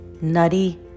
nutty